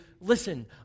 listen